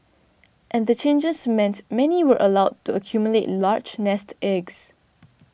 and the changes meant many were allowed to accumulate large nest eggs